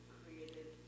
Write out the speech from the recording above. created